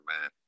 man